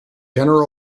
general